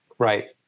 Right